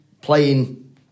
playing